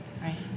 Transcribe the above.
Right